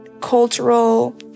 cultural